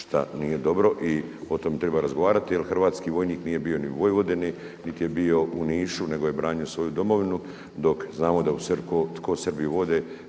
šta nije dobro i o tome treba razgovarati jel hrvatski vojnik nije bio ni u Vojvodini niti je bio u Nišu nego je branio svoju domovinu, dok znamo tko Srbi vode